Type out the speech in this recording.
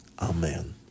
amen